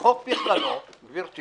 בחוק בכללו גברתי